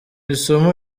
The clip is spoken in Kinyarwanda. isomo